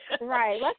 right